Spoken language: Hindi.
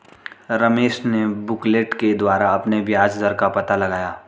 रमेश ने बुकलेट के द्वारा अपने ब्याज दर का पता लगाया